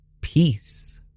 Peace